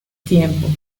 tiempo